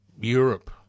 Europe